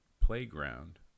playground